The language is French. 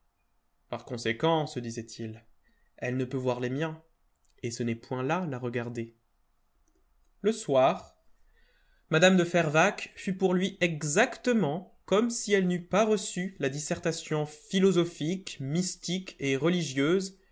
par conséquent se disait-il elle ne peut voir les miens et ce n'est point là la regarder le soir mme de fervaques fut pour lui exactement comme si elle n'eût pas reçu la dissertation philosophique mystique et religieuse